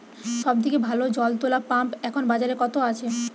সব থেকে ভালো জল তোলা পাম্প এখন বাজারে কত আছে?